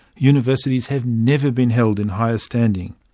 universities have never been held in higher standing.